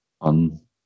on